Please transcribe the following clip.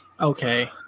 Okay